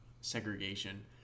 segregation